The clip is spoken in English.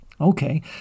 Okay